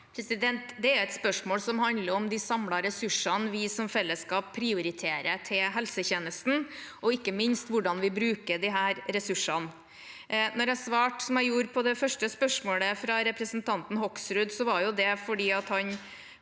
Det er jo et spørsmål som handler om de samlede ressursene vi som fellesskap prioriterer til helsetjenesten, og ikke minst hvordan vi bruker disse ressursene. Når jeg svarte som jeg gjorde på det første spørsmålet fra representanten Hoksrud, var det fordi han